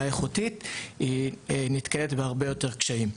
איכותית הם נתקלים בהרבה יותר קשיים.